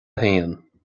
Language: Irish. haon